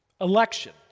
Election